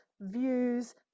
views